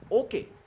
okay